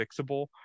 fixable